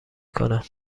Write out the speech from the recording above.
کنم